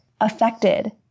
affected